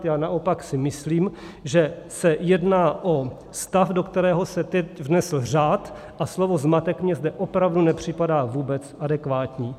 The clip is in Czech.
Já naopak si myslím, že se jedná o stav, do kterého se teď vnesl řád, a slovo zmatek mně zde opravdu nepřipadá vůbec adekvátní.